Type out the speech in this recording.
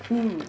mm